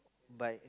but